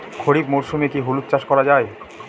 খরিফ মরশুমে কি হলুদ চাস করা য়ায়?